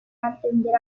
atender